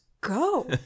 go